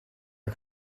her